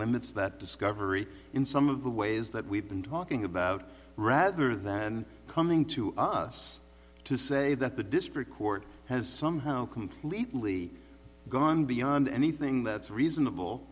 limits that discovery in some of the ways that we've been talking about rather than coming to us to say that the district court has somehow completely gone beyond anything that's reasonable